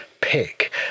pick